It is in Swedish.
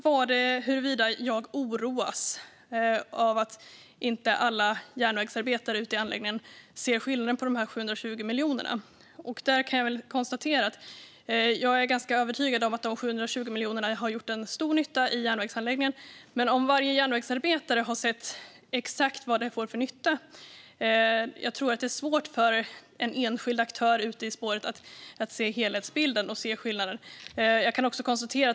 Oroas jag av att inte alla järnvägsarbetare ser skillnaden med de 720 miljonerna? Jag är ganska övertygad om att de 720 miljonerna har gjort stor nytta i järnvägsanläggningen, men jag tror att det kan vara svårt för enskilda aktörer att se helhetsbilden och skillnaden.